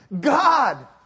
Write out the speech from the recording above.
God